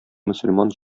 мөселман